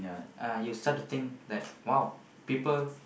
uh you start to think that !wow! people